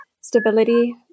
stability